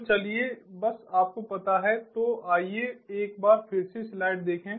तो चलिए बस आपको पता है तो आइए एक बार फिर से स्लाइड देखें